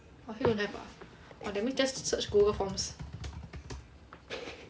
oh here don't have uh that means just search google forms